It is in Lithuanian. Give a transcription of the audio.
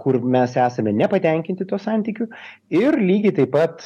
kur mes esame nepatenkinti tuo santykiu ir lygiai taip pat